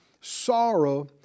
sorrow